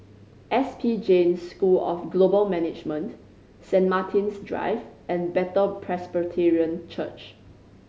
S P Jain School of Global Management Saint Martin's Drive and Bethel Presbyterian Church